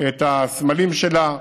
את הסמלים שלה.